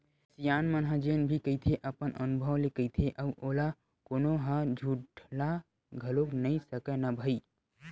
सियान मन ह जेन भी कहिथे अपन अनभव ले कहिथे अउ ओला कोनो ह झुठला घलोक नइ सकय न भई